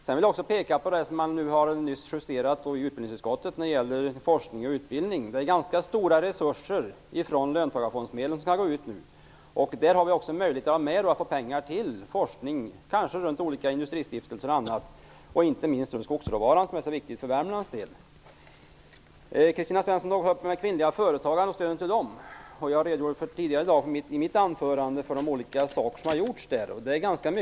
Sedan vill jag peka på det som man i utbildningsutskottet nu justerat när det gäller forskning och utbildning. Ganska stora resurser skall nu tas från löntagarfondsmedel. Vi har därmed möjligheter att få mera pengar till forskning -- kanske bl.a. när det gäller olika industristiftelser och, inte minst, skogsråvaran som är så viktig för Värmlands del. Kristina Svensson talade om kvinnliga företagare och om stödet till dessa. I mitt huvudanförande tidigare i dag redogjorde jag för de olika åtgärder som har vidtagits i det avseendet.